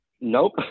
Nope